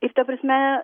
jis ta prasme